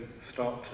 start